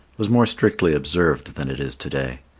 was more strictly observed than it is to-day.